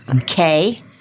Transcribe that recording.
okay